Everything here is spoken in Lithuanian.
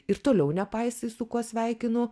ir toliau nepaisai su kuo sveikinu